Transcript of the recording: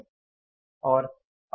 यह संयंत्र की अधिकतम क्षमता है